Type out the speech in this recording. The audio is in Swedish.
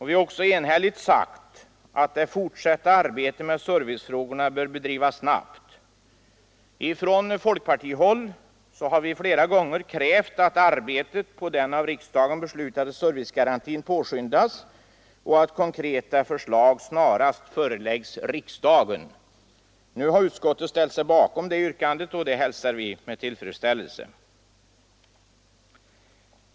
Vi har också enhälligt sagt att det fortsatta arbetet med servicefrågorna bör bedrivas snabbt. Från folkparti håll har vi flera gånger krävt att arbetet på den av riksdagen beslutade servicegarantin påskyndas och att konkreta förslag snarast föreläggs riksdagen. Nu har utskottet ställt sig bakom detta yrkande, och det hälsar vi med tillfredsställelse.